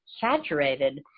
saturated